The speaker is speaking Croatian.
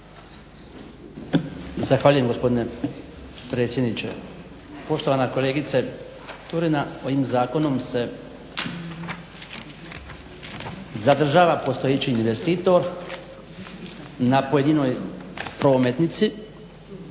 Zahvaljujem gospodine predsjedniče. Poštovana kolegice Turina, ovim Zakonom se zadržava postojeći investitor na pojedinoj prometnici